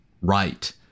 right